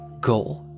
goal